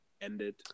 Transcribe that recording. ended